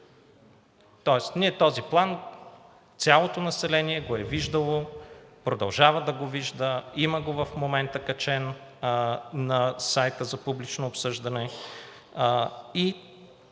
Тоест този план цялото население го е виждало, продължава да го вижда, има го в момента качен на сайта за публично обсъждане